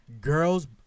Girls